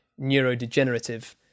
neurodegenerative